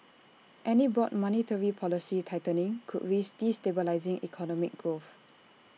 any broad monetary policy tightening could risk destabilising economic growth